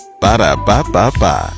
Ba-da-ba-ba-ba